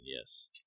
yes